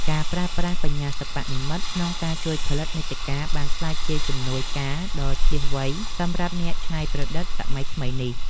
ការប្រើប្រាស់បញ្ញាសិប្បនិម្មិតក្នុងការជួយផលិតមាតិកាបានក្លាយជាជំនួយការដ៏ឈ្លាសវៃសម្រាប់អ្នកច្នៃប្រឌិតសម័យថ្មីនេះ។